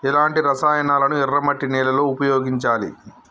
ఎలాంటి రసాయనాలను ఎర్ర మట్టి నేల లో ఉపయోగించాలి?